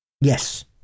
Yes